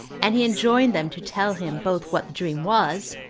and he enjoined them to tell him both what the dream was,